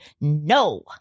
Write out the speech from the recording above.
No